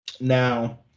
Now